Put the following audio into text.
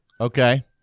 Okay